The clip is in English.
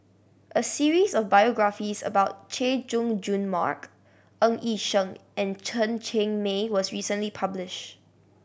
a series of biographies about Chay Jung Jun Mark Ng Yi Sheng and Chen Cheng Mei was recently publish